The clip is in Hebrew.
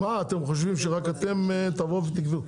מה אתם חושבים שרק אתם תבואו ותקבעו?